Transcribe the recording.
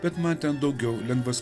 bet man ten daugiau lengvas